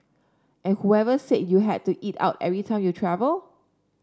and whoever said you had to eat out every time you travel